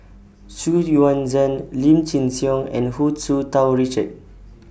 Xu Yuan Zhen Lim Chin Siong and Hu Tsu Tau Richard